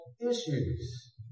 issues